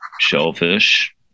shellfish